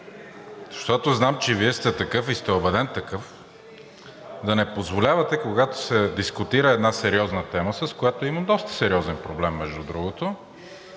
защото знам, че Вие сте такъв и сте убеден такъв, да не позволявате, когато се дискутира една сериозна тема, с която има доста сериозен проблем, между другото,